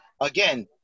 again